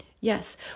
Yes